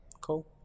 cool